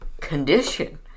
condition